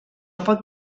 pot